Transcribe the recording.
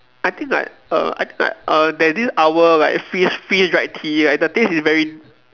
I think like err I think like err there's this owl like freeze freeze dried tea like the taste is very